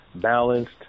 balanced